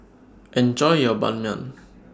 Enjoy your Ban Mian